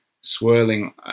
swirling